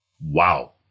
Wow